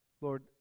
Lord